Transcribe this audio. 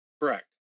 Correct